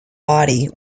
body